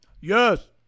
Yes